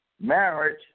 marriage